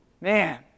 Man